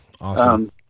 Awesome